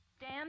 Dan